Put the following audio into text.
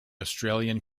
australian